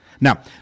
Now